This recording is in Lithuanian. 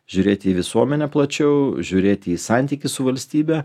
žiūrėti į visuomenę plačiau žiūrėti į santykį su valstybe